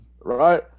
right